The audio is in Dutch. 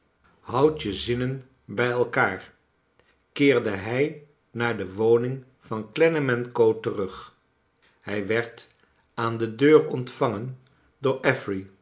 houd je zinnen bij elkaarl keerde hij naar de woning van clennam en co terug hij werd aan de deur ontvangen door